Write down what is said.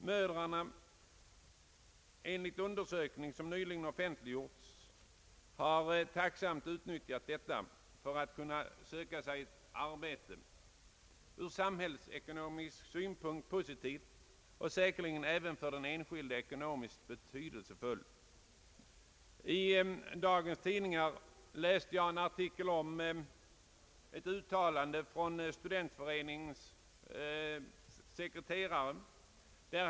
Mödrarna har, enligt undersökningar som nyligen offentliggjorts, tacksamt utnyttjat detta för att söka sig arbete, något som ur samhällsekonomisk synpunkt är positivt och säkerligen även för den enskilde ekonomiskt betydelsefullt. I en dagstidning läste jag en artikel om ett uttalande av sekreteraren i Sve riges studentkår.